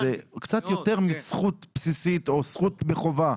זה קצת יותר מזכות בסיסית או זכות בחובה.